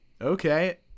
Okay